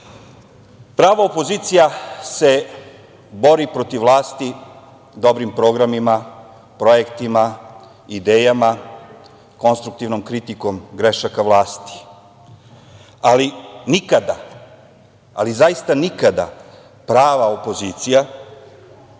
opozicija se bori protiv vlasti dobrim programima, projektima, idejama, konstruktivnom kritikom grešaka vlasti, ali nikada, ali zaista nikada prava opozicija